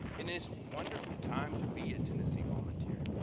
in this wonderful time to be a tennessee volunteer.